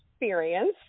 experience